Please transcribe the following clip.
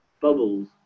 bubbles